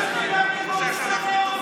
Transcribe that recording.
נתניהו זה החבר של אורבן,